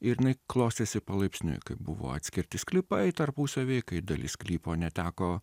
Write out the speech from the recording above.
ir jinai klostėsi palaipsniui kai buvo atskirti sklypai tarpusavy kai dalis sklypo neteko